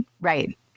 right